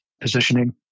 positioning